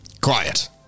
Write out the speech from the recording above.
Quiet